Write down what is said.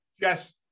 yes